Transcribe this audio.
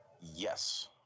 Yes